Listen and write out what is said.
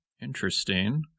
interesting